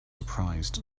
surprised